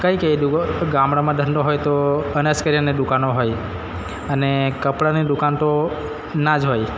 કઈ કઈ ગામડામાં ધંધો હોય તો અનાજ કરીયાણાંની દુકાનો હોય અને કપડાંની દુકાન તો ના જ હોય